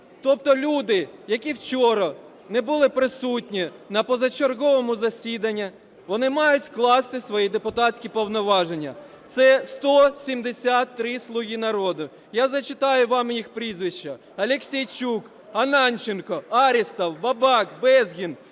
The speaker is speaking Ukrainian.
Тобто люди, які вчора не були присутні на позачерговому засіданні, вони мають скласти свої депутатські повноваження. Це 173 "слуги народу", я зачитаю вам їх прізвища: Аліксійчук, Ананченко, Арістов, Бабак, Безгін,